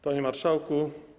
Panie Marszałku!